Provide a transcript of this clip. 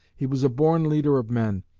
he was a born leader of men,